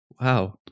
Wow